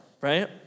right